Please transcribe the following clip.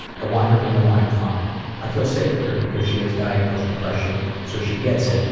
i want her to know i'm fine. i feel safe with her because she has diagnosed depression so she gets it.